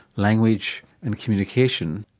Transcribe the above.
language and communication,